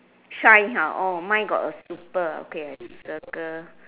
shine !huh! mine got a super okay I circle